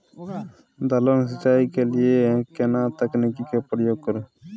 दलहन के सिंचाई के लिए केना तकनीक के प्रयोग करू?